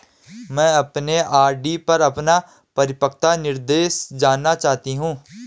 मैं अपने आर.डी पर अपना परिपक्वता निर्देश जानना चाहती हूँ